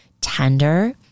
tender